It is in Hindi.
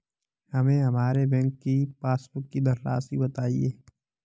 हमें हमारे बैंक की पासबुक की धन राशि बताइए